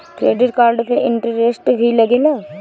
Credit card पे interest भी लागेला?